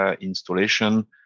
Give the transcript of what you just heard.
installation